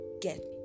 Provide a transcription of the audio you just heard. get